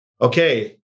okay